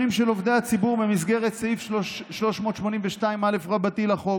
של עובדי הציבור במסגרת סעיף 382א לחוק,